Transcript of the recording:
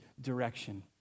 direction